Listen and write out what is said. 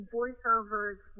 voiceovers